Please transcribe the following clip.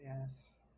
Yes